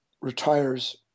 retires